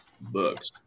books